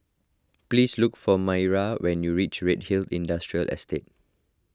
please look for Mireya when you reach Redhill Industrial Estate